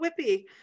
whippy